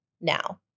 now